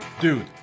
Dude